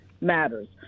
matters